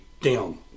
down